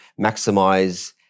maximize